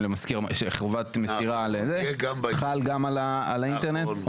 למזכיר חובת מסירה חל גם על האינטרנט?